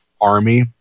army